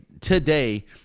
today